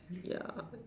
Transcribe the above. ya